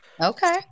Okay